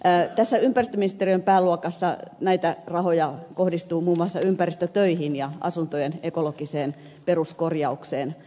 tässä ympäristöministeriön pääluokassa näitä rahoja kohdistuu muun muassa ympäristötöihin ja asuntojen ekologiseen peruskorjaukseen